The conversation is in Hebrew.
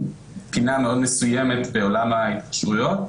לתקינה מאוד מסוימת בעולם ההתקשרויות,